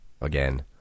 again